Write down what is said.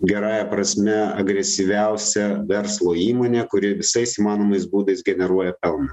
gerąja prasme agresyviausia verslo įmonė kuri visais įmanomais būdais generuoja pelną